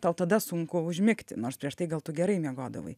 tau tada sunku užmigti nors prieš tai gal tu gerai miegodavai